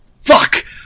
Fuck